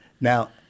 now